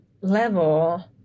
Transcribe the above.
level